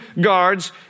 guards